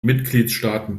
mitgliedstaaten